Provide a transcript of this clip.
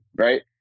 right